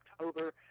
October